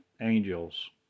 angels